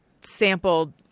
sampled